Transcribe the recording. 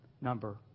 number